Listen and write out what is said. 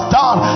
done